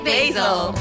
Basil